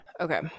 Okay